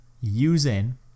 using